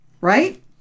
right